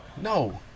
No